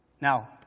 Now